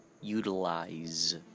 utilize